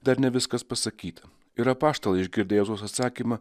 dar ne viskas pasakyta ir apaštalai išgirdę jėzaus atsakymą